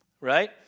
right